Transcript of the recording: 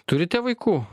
turite vaikų